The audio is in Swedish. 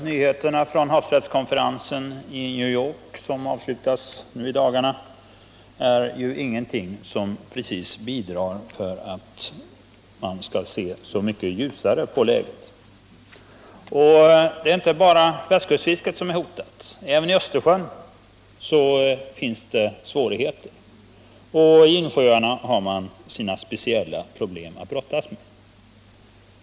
Nyheterna från havsrättskonferensen i New York, som avslutas i dagarna, är inte heller något som direkt bidrar till att man ser ljusare på läget. Men det är inte bara västkustfisket som är hotat. Man har svårigheter även i Östersjön. Och i insjöarna har man sina speciella problem att brottas med.